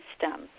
system